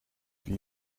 wie